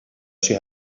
she